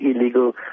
illegal